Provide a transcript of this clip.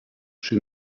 she